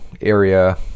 area